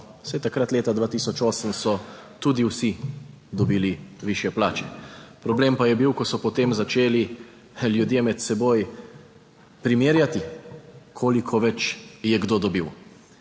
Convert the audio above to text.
Saj takrat leta 2008 so tudi vsi dobili višje plače. Problem pa je bil, ko so potem začeli ljudje med seboj primerjati koliko več je kdo dobil.